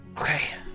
Okay